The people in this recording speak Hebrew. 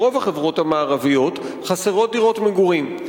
ברוב החברות המערביות חסרות דירות מגורים.